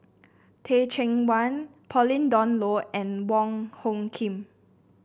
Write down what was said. Teh Cheang Wan Pauline Dawn Loh and Wong Hung Khim